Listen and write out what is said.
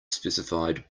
specified